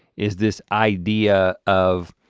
is this idea of,